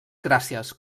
gràcies